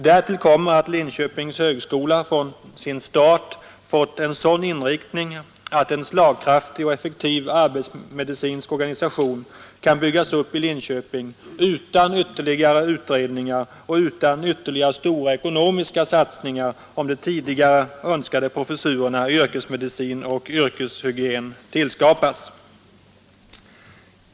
Därtill kommer att Linköpings högskola från sin start fått en sådan inriktning att en slagkraftig och effektiv arbetsmedicinsk organisation kan byggas upp i Linköping utan ytterligare utredningar och utan ytterligare stora ekonomiska satsningar, om de tidigare önskade professurerna i yrkesmedicin och yrkeshygien tillskapas.